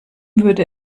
würde